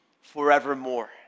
forevermore